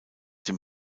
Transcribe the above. dem